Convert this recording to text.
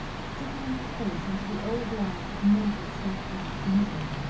stiffening her face into the old lines of morbid, self-conscious misery.